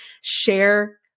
share